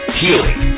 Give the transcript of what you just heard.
healing